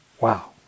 Wow